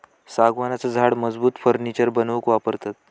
सागवानाचा झाड मजबूत फर्नीचर बनवूक वापरतत